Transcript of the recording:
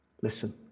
Listen